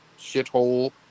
shithole